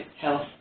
health